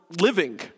living